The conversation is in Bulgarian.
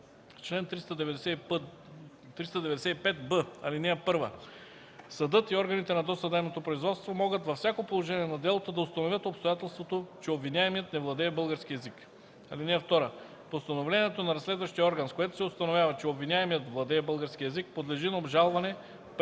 Чл. 395б. (1) Съдът и органите на досъдебното производство могат във всяко положение на делото да установяват обстоятелството, че обвиняемият не владее български език. (2) Постановлението на разследващия орган, с което се установява, че обвиняемият владее български език, подлежи на обжалване пред